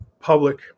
public